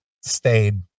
stayed